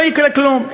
לא יקרה כלום.